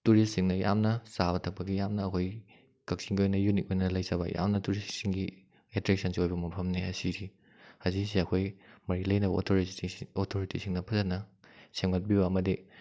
ꯇꯨꯔꯤꯁꯁꯤꯡꯅ ꯌꯥꯝꯅ ꯆꯥꯕ ꯊꯛꯄꯒꯤ ꯌꯥꯝꯅ ꯑꯩꯈꯣꯏꯒꯤ ꯀꯛꯆꯤꯡꯒꯤ ꯑꯣꯏꯅ ꯌꯨꯅꯤꯛ ꯑꯣꯏꯅ ꯂꯩꯖꯕ ꯌꯥꯝꯅ ꯇꯨꯔꯤꯁꯁꯤꯡꯒꯤ ꯑꯦꯇ꯭ꯔꯦꯛꯁꯟꯁꯨ ꯑꯣꯏꯕ ꯃꯐꯝꯅꯤ ꯑꯁꯤꯒꯤꯁꯤ ꯍꯧꯖꯤꯛꯁꯤ ꯑꯩꯈꯣꯏꯒꯤ ꯃꯔꯤ ꯂꯩꯅꯕ ꯑꯣꯊꯣꯔꯤꯇꯤꯁꯤꯡꯅ ꯐꯖꯅ ꯁꯦꯝꯒꯠꯄꯤꯕ ꯑꯃꯗꯤ